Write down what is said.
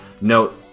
note